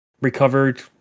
recovered